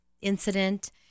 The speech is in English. incident